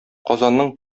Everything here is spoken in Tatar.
казанның